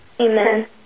Amen